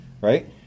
right